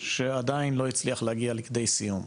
שעדיין לא הצליח להגיע לכדי סיום,